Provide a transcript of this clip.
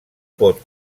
pot